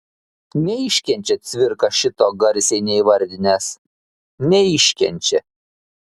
neiškenčia cvirka šito garsiai neįvardinęs neiškenčia